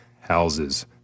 houses